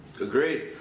Agreed